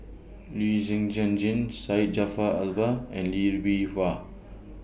Lee Zhen Zhen Jane Syed Jaafar Albar and Lee Bee Wah